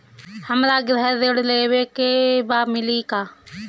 हमरा गृह ऋण लेवे के बा मिली का?